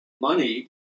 money